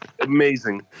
Amazing